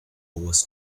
was